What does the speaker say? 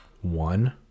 One